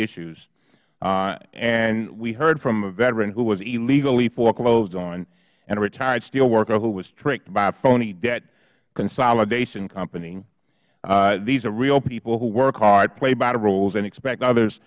issues and we heard from a veteran who was illegally foreclosed on and a retired steelworker who was tricked by a phony debtconsolidation company these are real people who work hard play by the rules and expect others